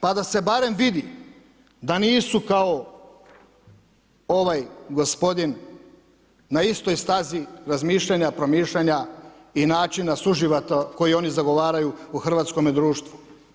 Pa da se barem vidi, da nisu kao, ovaj gospodin na istoj stazi razmišljanja, promišljanja i načina suživota koji oni zagovaraju u hrvatskome društvu.